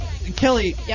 Kelly